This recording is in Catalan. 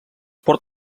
port